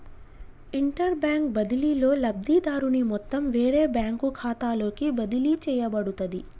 interbank బదిలీలో, లబ్ధిదారుని మొత్తం వేరే బ్యాంకు ఖాతాలోకి బదిలీ చేయబడుతది